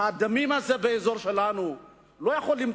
הדמים הזה באזור שלנו לא יכול להביע